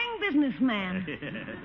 businessman